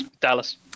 Dallas